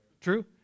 true